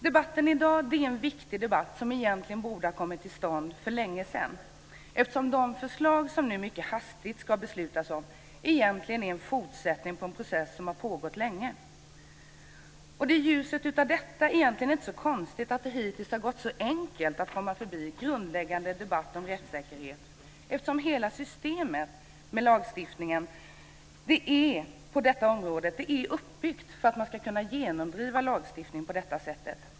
Debatten i dag är en viktig debatt, som borde ha kommit till stånd för länge sedan, eftersom de förslag som det nu mycket hastigt ska beslutas om är en fortsättning på en process som har pågått länge. Det är i ljuset av detta inte så konstigt att det hittills har gått så enkelt att komma förbi en grundläggande debatt om rättssäkerhet, eftersom hela systemet med lagstiftningen på detta område är uppbyggt för att man ska kunna genomdriva lagstiftning på detta sätt.